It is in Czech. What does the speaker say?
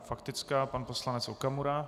Faktická, pan poslanec Okamura.